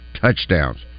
touchdowns